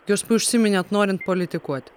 jūs užsiminėt norint politikuoti